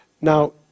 Now